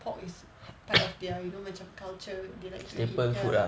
pork is part of their you know macam culture they like to eat ya